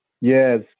Yes